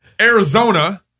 arizona